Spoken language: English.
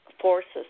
forces